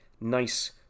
nice